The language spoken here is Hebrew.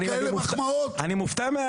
אני מופתע.